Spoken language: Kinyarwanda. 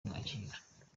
kumwakira